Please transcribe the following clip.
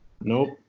Nope